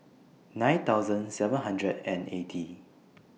nine thousand seven hundred and eighty